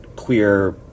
queer